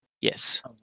yes